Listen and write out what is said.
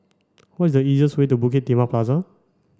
what is the easiest way to Bukit Timah Plaza